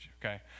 okay